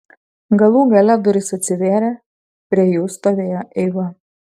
galų gale durys atsivėrė prie jų stovėjo eiva